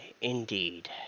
indeed